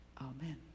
Amen